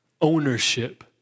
Ownership